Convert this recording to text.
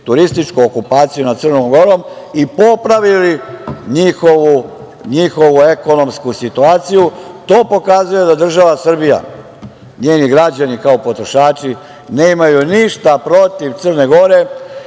turističku okupaciju nad Crnom Gorom i popravili njihovu ekonomsku situaciju. To pokazuje da država Srbija, njeni građani kao potrošači, nemaju ništa protiv Crne Gore,